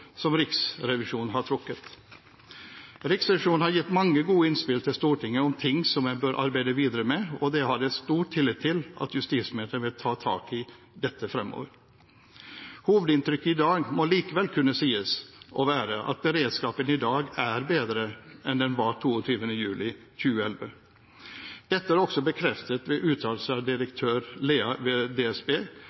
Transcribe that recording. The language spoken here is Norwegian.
som Riksrevisjonen har trukket. Riksrevisjonen har gitt mange gode innspill til Stortinget om ting som en bør arbeide videre med, og jeg har stor tillit til at justisministeren vil ta tak i dette fremover. Hovedinntrykket i dag må likevel kunne sies å være at beredskapen i dag er bedre enn den var 22. juli 2011. Dette er også bekreftet ved uttalelser av direktør Lea ved DSB